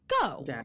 go